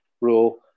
rule